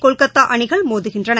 கொல்கத்தா அணிகள் மோதுகின்றன